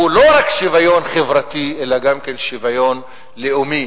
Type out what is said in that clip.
הוא לא רק שוויון חברתי אלא גם כן שוויון לאומי,